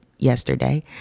Yesterday